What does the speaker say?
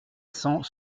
cent